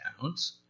counts